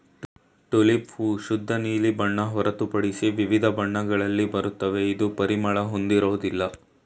tulip ಹೂ ಶುದ್ಧ ನೀಲಿ ಬಣ್ಣ ಹೊರತುಪಡಿಸಿ ವಿವಿಧ ಬಣ್ಣಗಳಲ್ಲಿ ಬರುತ್ವೆ ಇದು ಪರಿಮಳ ಹೊಂದಿರೋದಿಲ್ಲ